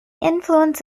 influence